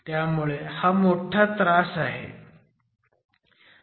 त्यामुळे हा मोठा त्रास आहे